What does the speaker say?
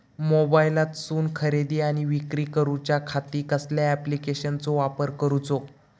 मोबाईलातसून खरेदी आणि विक्री करूच्या खाती कसल्या ॲप्लिकेशनाचो वापर करूचो?